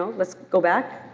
let's go back,